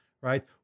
right